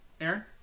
Aaron